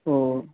ഓ ഓ